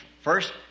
first